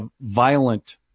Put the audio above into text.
violent